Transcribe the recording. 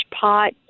pot